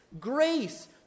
grace